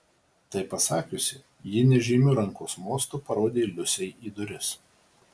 tai pasakiusi ji nežymiu rankos mostu parodė liusei į duris